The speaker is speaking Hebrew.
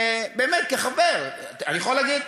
באמת, כחבר, אני יכול להגיד?